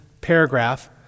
paragraph